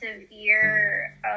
severe